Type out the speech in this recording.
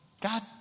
God